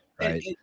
Right